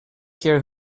care